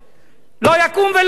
לא יקום ולא יהיה.